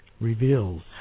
reveals